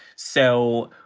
so.